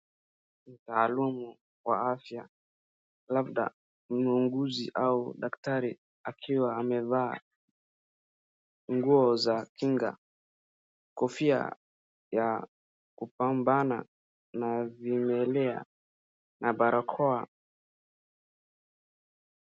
Mtaalamu wa afya, labda ni muuguzi au daktari akiwa amevaa nguo za kinga, kofia ya kupambana na vimelea na barakoa.